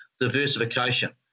diversification